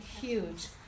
huge